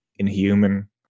inhuman